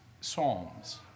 psalms